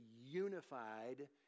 unified